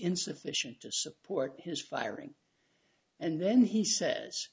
insufficient to support his firing and then he says